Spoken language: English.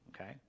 Okay